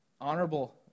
Honorable